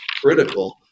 critical